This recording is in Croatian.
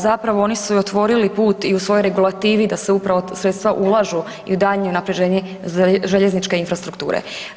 Zapravo oni su i otvorili put i u svojoj regulativi da se upravo sredstva ulažu i u daljnje unapređenje željezničke infrastrukture.